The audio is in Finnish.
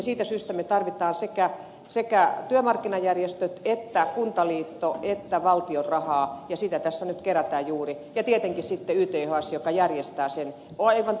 siitä syystä me tarvitsemme sekä työmarkkinajärjestöt että kuntaliiton mukaan ja valtion rahaa ja sitä tässä nyt kerätään juuri ja tietenkin sitten ythsn joka järjestää sen